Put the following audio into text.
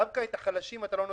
דווקא לחלשים אתה לא נותן.